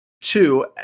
Two